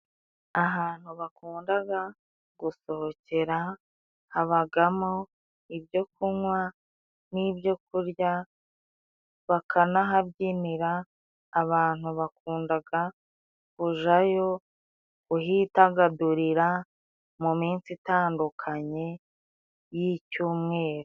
Ahantu bakunda gusohokera habamo ibyo kunywa n' ibyo kurya bakanahabyinira, abantu bakunda kujyayo kuhidagadurira mu minsi itandukanye y' icyumweru.